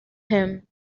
him